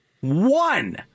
one